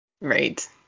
Right